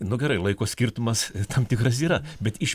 nu gerai laiko skirtumas tam tikras yra bet iš